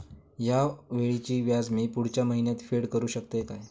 हया वेळीचे व्याज मी पुढच्या महिन्यात फेड करू शकतय काय?